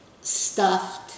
stuffed